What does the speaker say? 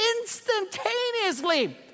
Instantaneously